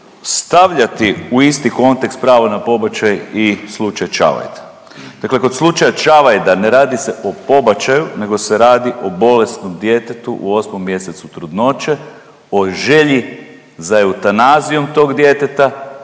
stavljati u isti kontekst pravo na pobačaj i slučaj Čavajda. Dakle, kod slučaja Čavajde ne radi se o pobačaju nego se radi o bolesnom djetetu u 8. mjesecu trudnoće o želji za eutanazijom tog djeteta,